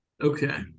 Okay